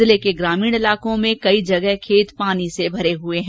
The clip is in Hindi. जिले के ग्रामीण इलाको में कई खेत पानी से भरे हुए हैं